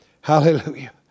Hallelujah